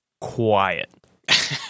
quiet